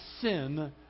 sin